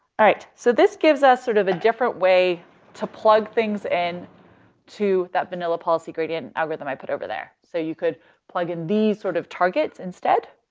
all right. so this gives us sort of a different way to plug things in and to that vanilla policy gradient algorithm i put over there. so you could plug in these sort of targets instead,